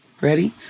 Ready